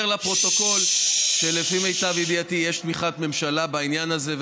אני אומר לפרוטוקול שלפי מיטב ידיעתי יש תמיכת ממשלה בעניין הזה,